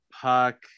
Puck